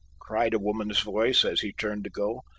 cried a woman's voice as he turned to go.